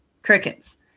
crickets